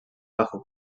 bajo